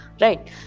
right